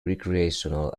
recreational